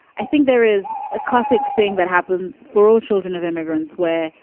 i think there is a classic thing that happens for all children of immigrants where,